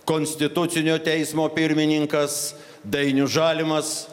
konstitucinio teismo pirmininkas dainius žalimas